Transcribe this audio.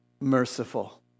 merciful